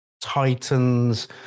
Titans